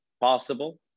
possible